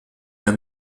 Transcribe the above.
der